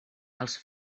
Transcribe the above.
els